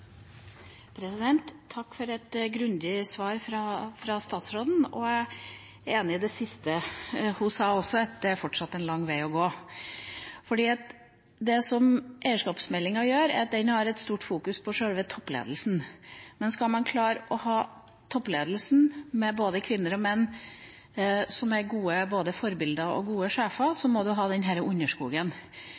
enig i det siste. Hun sa også at det fortsatt er en lang vei å gå. Eierskapsmeldinga har et stort fokus på sjølve toppledelsen. Men skal man klare å ha en toppledelse med både kvinner og menn som er både gode forbilder og gode sjefer, må man ha denne underskogen.